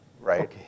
right